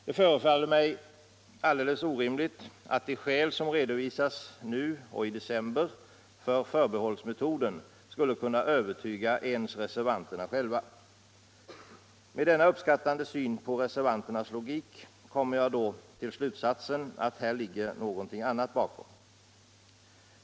Det förefaller mig alldeles orimligt att de skäl som redovisats nu och i december för förbehållsmetoden skulle kunna övertyga ens reservanterna själva. Med denna uppskattande syn på reservanternas logik kommer jag till slutsatsen att här ligger någonting annat bakom.